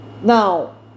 now